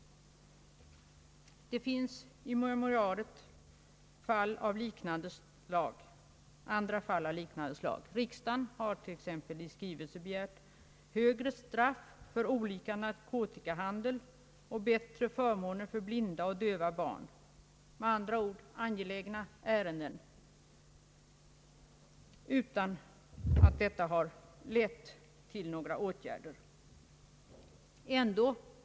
Det finns i memorialet andra fall av liknande slag. Riksdagen har t.ex. i skrivelse begärt högre straff för olaga narkotikahandel och bättre förmåner för blinda och döva barn — med andra ord angelägna ärenden — utan att detta har lett till några åtgärder.